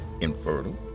infertile